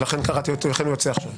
לכן הוא יוצא עכשיו.